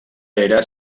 era